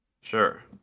Sure